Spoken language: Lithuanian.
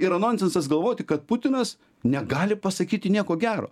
yra nonsensas galvoti kad putinas negali pasakyti nieko gero